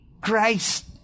Christ